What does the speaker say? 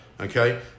okay